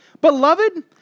Beloved